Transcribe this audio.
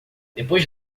depois